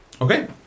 Okay